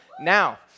Now